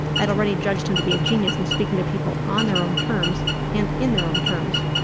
i'd already judged him to be a genius in speaking to people on their own terms and in their own terms.